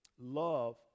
love